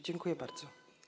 Dziękuję bardzo.